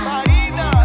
Marina